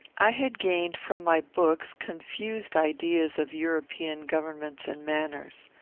i had gained, from my books, confused ideas of european governments and manners.